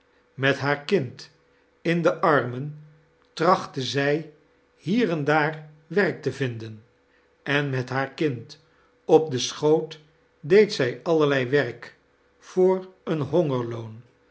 met haar kind in de annen trachtte zij hier en daar werk te vinden en met haar kind op den schoot deed zij allerlei werk voor een hongerloon